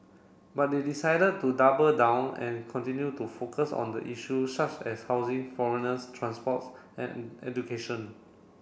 but they decided to double down and continue to focus on the issue such as housing foreigners transports and education